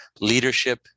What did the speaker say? leadership